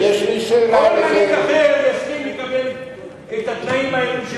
כל מנהיג אחר יסכים לקבל את התנאים האלו,